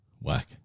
Whack